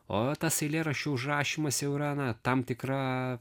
o tas eilėraščio užrašymas jau yra na tam tikra